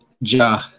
Ja